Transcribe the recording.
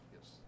Yes